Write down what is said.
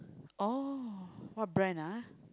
oh what brand ah